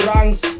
Ranks